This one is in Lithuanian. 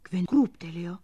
kven krūptelėjo